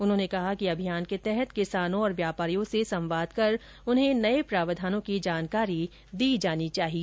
उन्होंने कहा कि अभियान के तहत किसानों और व्यापारियों से संवाद कर उन्हें नए प्रावधानों की जानकारी दी जानी चाहिए